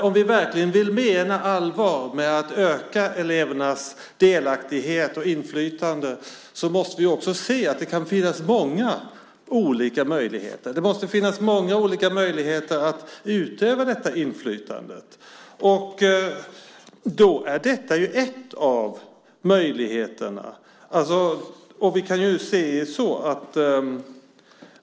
Om vi verkligen menar allvar med att öka elevernas delaktighet och inflytande måste vi också säga att det måste finnas många olika möjligheter att utöva detta inflytande. Då är detta en av möjligheterna.